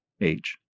age